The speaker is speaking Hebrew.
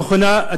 נכונה.